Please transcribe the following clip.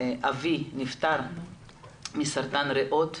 אבי נפטר מסרטן ריאות,